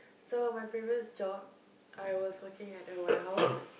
so my previous job I was working at the warehouse